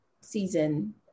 season